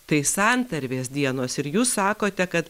tai santarvės dienos ir jūs sakote kad